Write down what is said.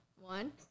One